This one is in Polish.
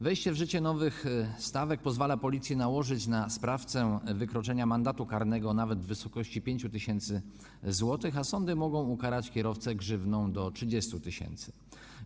Wejście w życie nowych stawek pozwala policji nałożyć na sprawcę wykroczenia mandat karny nawet w wysokości 5 tys. zł, a sądy mogą ukarać kierowcę grzywną do 30 tys. zł.